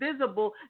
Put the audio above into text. visible